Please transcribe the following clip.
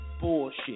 bullshit